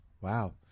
Wow